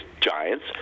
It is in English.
Giants